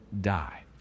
die